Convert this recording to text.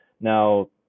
Now